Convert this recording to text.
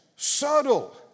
subtle